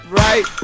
right